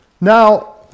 Now